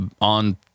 on